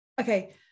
okay